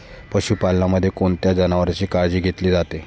पशुपालनामध्ये कोणत्या जनावरांची काळजी घेतली जाते?